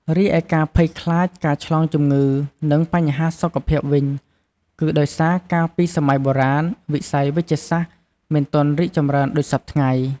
រីឯការភ័យខ្លាចការឆ្លងជំងឺ និងបញ្ហាសុខភាពវិញ គឺដោយសារកាលពីសម័យបុរាណ វិស័យវេជ្ជសាស្ត្រមិនទាន់រីកចម្រើនដូចសព្វថ្ងៃ។